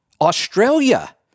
Australia